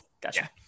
Gotcha